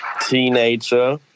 teenager